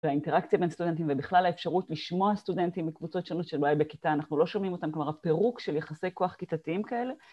והאינטראקציה בין סטודנטים ובכלל האפשרות לשמוע סטודנטים מקבוצות שונות שאולי בכיתה אנחנו לא שומעים אותם כלומר הפירוק של יחסי כוח כיתתיים כאלה